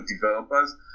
developers